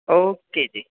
okay ਜੀ